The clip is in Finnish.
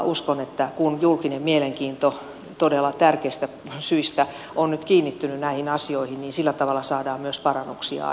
uskon että kun julkinen mielenkiinto todella tärkeistä syistä on nyt kiinnittynyt näihin asioihin niin sillä tavalla saadaan myös parannuksia aikaiseksi